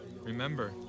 Remember